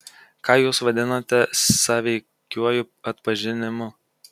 ką jūs vadinate sąveikiuoju atpažinimu